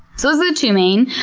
so the two main.